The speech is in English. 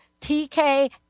TK